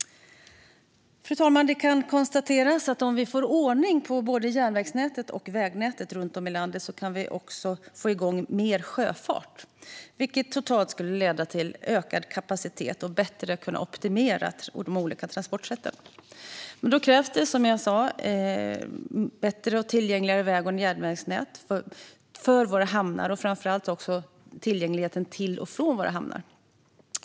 Fru talman! Det kan konstateras att om vi får ordning på järnvägsnätet och vägnätet runt om i landet kan vi också få igång mer sjöfart, vilket totalt sett skulle leda till ökad kapacitet och till att vi bättre kan optimera de olika transportsätten. Men då krävs det, som jag sa, ett bättre och tillgängligare vägnät och järnvägsnät för våra hamnar. Framför allt gäller det tillgängligheten till och från våra hamnar.